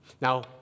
Now